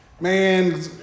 Man